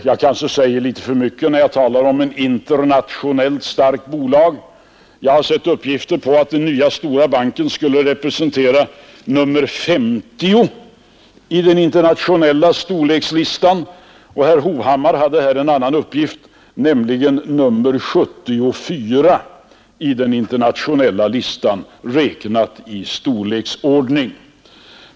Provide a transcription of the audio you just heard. Jag kanske säger litet för mycket när jag talar om ett internationellt starkt bolag, eftersom jag har sett uppgifter om att den nya stora banken skulle bli nr 50 i den internationella storlekslistan; herr Hovhammar har lämnat en annan uppgift, nämligen att banken skulle bli nr 74.